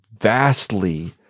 vastly